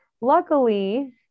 Luckily